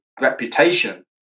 reputation